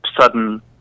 sudden